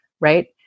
right